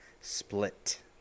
Split